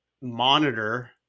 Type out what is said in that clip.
monitor